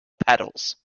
petals